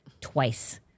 twice